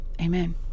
amen